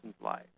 life